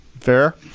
fair